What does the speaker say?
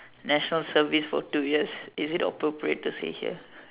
national service for two years is it appropriate to say here